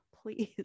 Please